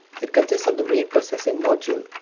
that consists of the main processing module,